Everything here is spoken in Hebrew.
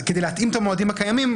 כדי להתאים את המועדים הקיימים,